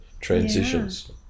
Transitions